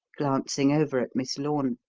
glancing over at miss lorne.